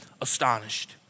astonished